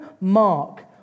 mark